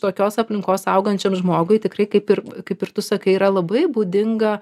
tokios aplinkos augančiam žmogui tikrai kaip ir kaip ir tu sakai yra labai būdinga